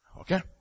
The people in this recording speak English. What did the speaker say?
Okay